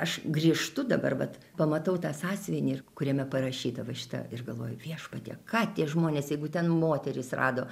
aš grįžtu dabar vat pamatau tą sąsiuvinį kuriame parašyta va šitą ir galvoju viešpatie ką tie žmonės jeigu ten moterys rado